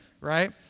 right